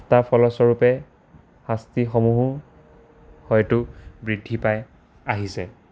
তাৰ ফলস্বৰূপে শাস্তিসমূহো হয়তো বৃদ্ধি পাই আহিছে